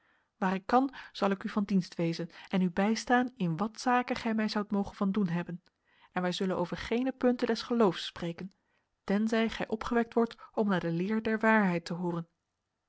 waar ik kan zal ik u van dienst wezen en u bijstaan in wat zake gij mij zoudt mogen van doen hebben en wij zullen over geene punten des geloofs spreken tenzij gij opgewekt wordt om naar de leer der waarheid te hooren